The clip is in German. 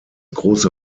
große